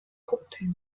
cocktail